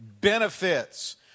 benefits